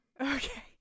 Okay